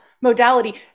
modality